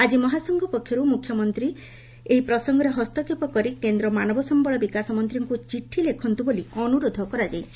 ଆକି ମହାସଂଘ ପକ୍ଷରୁ ମୁଖ୍ୟମନ୍ତୀ ଏହି ପ୍ରସଙ୍ଗରେ ହସ୍ତକ୍ଷେପ କରି କେନ୍ଦ୍ର ମାନବ ସମ୍ଘଳ ବିକାଶ ମନ୍ତୀଙ୍କୁ ଚିଠି ଲେଖନ୍ତୁ ବୋଲି ଅନୁରୋଧ କରାଯାଇଛି